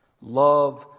love